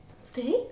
Stay